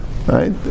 Right